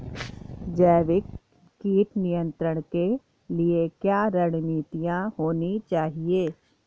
जैविक कीट नियंत्रण के लिए क्या रणनीतियां होनी चाहिए?